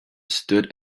stood